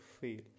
fail